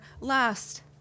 last